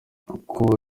uko